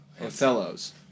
Othello's